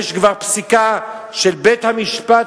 כבר יש פסיקה של בית-המשפט,